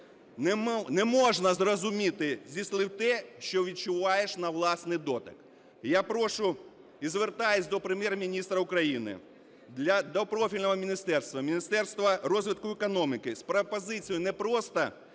Не можна зрозуміти зі слів те, що відчуваєш на власний дотик. І я прошу, і звертаюсь до Прем'єр-міністра України, до профільного міністерства, Міністерства розвитку економіки, з пропозицією не просто